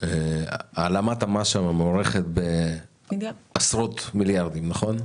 יש העלמת מס שמוערכת בעשרות מיליארדים, נכון?